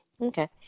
Okay